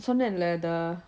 சொன்னேன்லே:sonnenlle